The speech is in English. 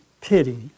pity